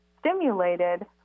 Stimulated